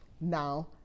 Now